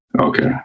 okay